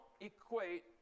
equate